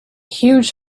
huge